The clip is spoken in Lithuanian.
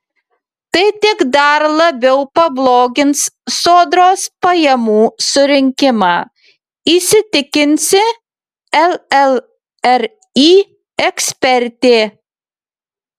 tai tik dar labiau pablogins sodros pajamų surinkimą įsitikinsi llri ekspertė